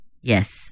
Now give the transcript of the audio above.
Yes